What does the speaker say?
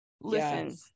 listen